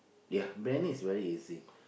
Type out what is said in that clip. ya band is very easy